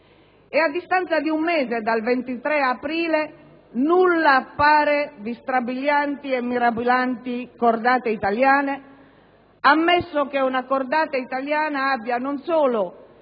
A distanza di un mese dal 23 aprile, nulla appare di strabilianti e mirabolanti cordate italiane, ammesso che una cordata italiana abbia non solo